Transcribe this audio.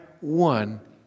one